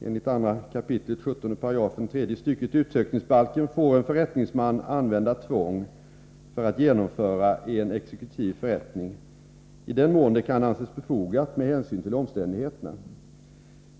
Enligt 2 kap. 17 § tredje stycket utsökningsbalken får en förrättningsman använda tvång för att genomföra en exekutiv förrättning i den mån det kan anses befogat med hänsyn till omständigheterna.